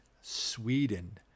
Sweden